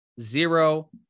zero